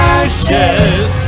ashes